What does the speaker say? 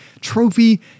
trophy